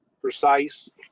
precise